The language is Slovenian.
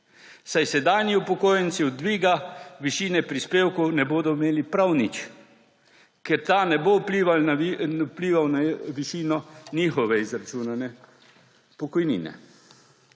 saj sedanji upokojenci od dviga višine prispevkov ne bodo imeli prav nič, ker ta ne bo vplival na višino njihove izračunane pokojnine.